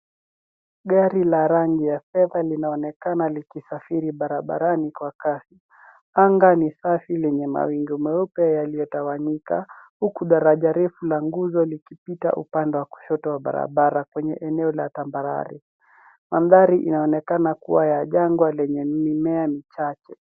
Gari la rangi ya fedha linaonekana likisafiri barabarani kwa kasi. Anga ni safi lenye mawingu meupe yaliyotawanyika uku daraja refu la nguzo likipita upande wa kushoto wa barabara kwenye eneo la tabarare. Mandhari inaonekana kuwa ya jangwa lenye mimea michache.